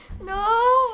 No